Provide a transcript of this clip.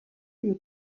you